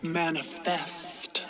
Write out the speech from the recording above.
manifest